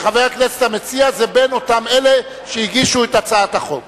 שחבר הכנסת המציע זה בין אלה שהגישו את הצעת החוק.